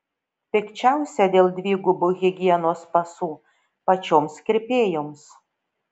pikčiausia dėl dvigubų higienos pasų pačioms kirpėjoms